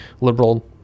liberal